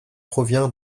provient